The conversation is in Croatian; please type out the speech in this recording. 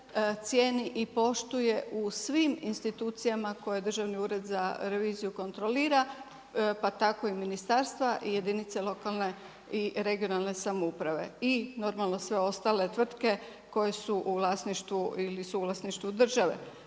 cijeni i poštuje u svim institucijama koje Državni ured za reviziju kontrolira pa tako i ministarstva i jedinice lokalne i regionalne samouprave. I normalno sve ostale tvrtke koje su u vlasništvu ili suvlasništvu države.